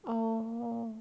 oh